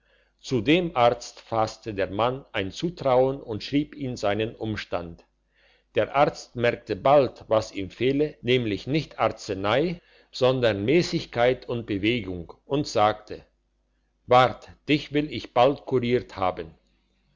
zu dem arzt faßte der mann ein zutrauen und schrieb ihm seinen umstand der arzt merkte bald was ihm fehlte nämlich nicht arznei sondern mäßigkeit und bewegung und sagte wart dich will ich bald kuriert haben